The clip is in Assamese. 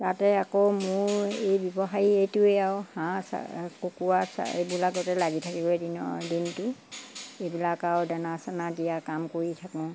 তাতে আকৌ মোৰ এই ব্যৱসায়ী এইটোৱে আৰু হাঁহ চা কুকুৰা চ এইবিলাকতে লাগি থাকিব এ দিনৰ দিনটো এইবিলাক আৰু দানা চেনা দিয়া কাম কৰি থাকোঁ